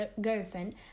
girlfriend